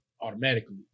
automatically